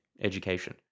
education